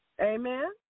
Amen